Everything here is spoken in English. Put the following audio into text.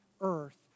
earth